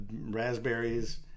raspberries